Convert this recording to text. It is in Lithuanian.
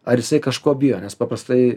ar jisai kažko bijo nes paprastai